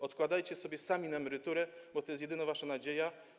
Odkładajcie sobie sami na emeryturę, bo to jest jedyna wasza nadzieja.